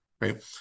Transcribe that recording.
right